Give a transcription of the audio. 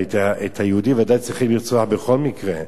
תראי, את היהודי בוודאי צריכים לרצוח בכל מקרה,